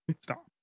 Stop